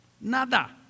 Nada